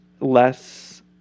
less